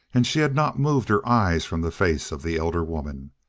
and she had not moved her eyes from the face of the elder woman.